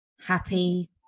happy